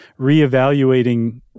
reevaluating